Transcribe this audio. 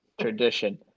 tradition